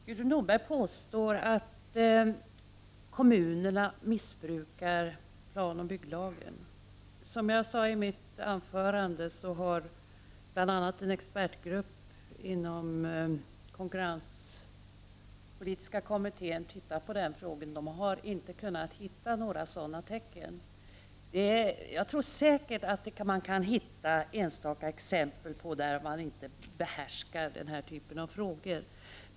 Fru talman! Gudrun Norberg påstår att kommunerna missbrukar planoch bygglagen. Som jag sade i mitt anförande har bl.a. en expertgrupp inom konkurrenspolitiska kommittén tittat på frågan. Man har inte kunnat hitta några sådana tecken. Jag tror säkert att man kan hitta något enstaka exempel på att kommunerna inte behärskar den här typen av frågor.